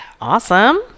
Awesome